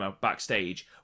backstage